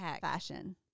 fashion